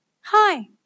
Hi